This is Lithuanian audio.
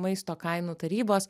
maisto kainų tarybos